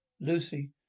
lucy